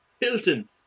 Hilton